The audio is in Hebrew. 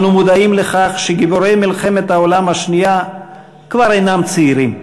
אנו מודעים לכך שגיבורי מלחמת העולם השנייה כבר אינם צעירים.